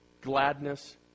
gladness